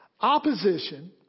Opposition